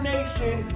Nation